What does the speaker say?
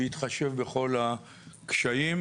בהתחשב בכל הקשיים,